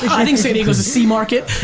i think san diego is a c market.